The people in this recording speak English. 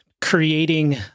creating